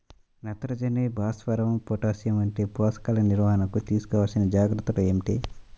నత్రజని, భాస్వరం, పొటాష్ వంటి పోషకాల నిర్వహణకు తీసుకోవలసిన జాగ్రత్తలు ఏమిటీ?